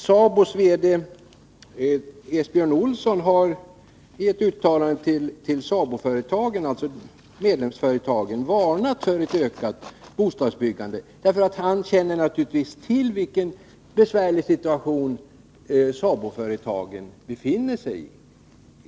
SABO:s verkställande direktör Esbjörn Olsson har i ett uttalande till medlemsföretagen varnat för ett ökat bostadsbyggande. Han känner till vilken svår situation SABO-företagen befinner sig i.